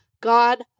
God